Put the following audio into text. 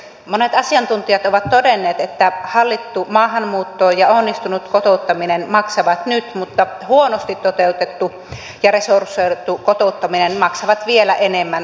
monet asiantuntijat ovat todenneet että hallittu maahanmuutto ja onnistunut kotouttaminen maksavat nyt mutta huonosti toteutettu ja resursoitu kotouttaminen maksaa vielä enemmän tulevaisuudessa